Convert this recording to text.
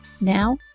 Now